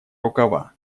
рукава